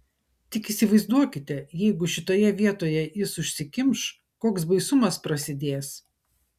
tik įsivaizduokite jeigu šitoje vietoje jis užsikimš koks baisumas prasidės